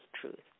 truth